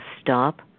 stop